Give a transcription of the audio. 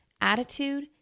Attitude